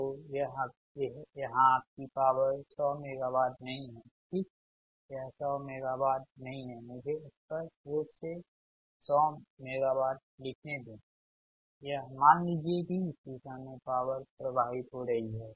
तो यहाँ आपकी पॉवर 100 मेगावाट नहीं है ठीक यह 100 मेगावाट नहीं है मुझे स्पष्ट रूप से 100 मेगावाट लिखने दें यह मान लीजिए कि इस दिशा में पॉवर प्रवाहित हो रही है